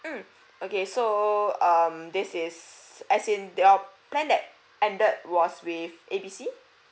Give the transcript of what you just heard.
mm okay so um this is as in the plan that ended was with A B C